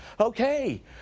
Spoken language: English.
Okay